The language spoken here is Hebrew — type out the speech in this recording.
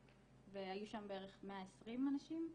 והיו שם בערך 120 אנשים,